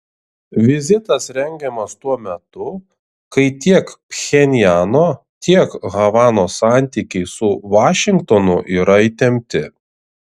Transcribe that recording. vizitas rengiamas tuo metu kai tiek pchenjano tiek havanos santykiai su vašingtonu yra įtempti